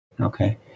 Okay